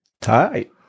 tight